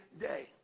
day